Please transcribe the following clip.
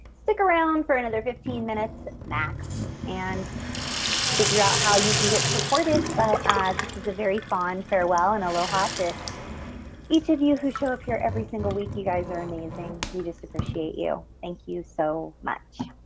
stick around for another fifteen minutes max and figure out how you can get supported. but this is a very fond farewell and aloha to each of you who show up here every single week. you guys are amazing. we just appreciate you. thank you so much.